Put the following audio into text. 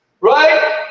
Right